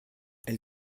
elle